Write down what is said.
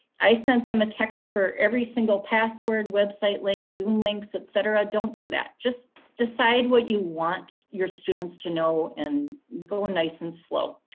i sent this a text for every single password, website link, zoom links, etc. don't do that. just decide what you want your students to know and go nice and slow.